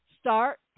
Start